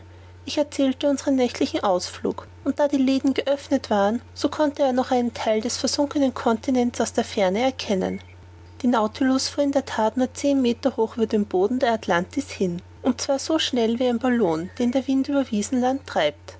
ich erzählte unseren nächtlichen ausflug und da die läden geöffnet waren so konnte er noch einen theil des versunkenen continents aus der ferne erkennen der nautilus fuhr in der that nur zehn meter hoch über dem boden der atlantis hin und zwar so schnell wie ein ballon den der wind über wiesenland treibt